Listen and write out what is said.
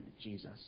Jesus